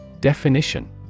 Definition